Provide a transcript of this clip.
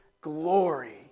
glory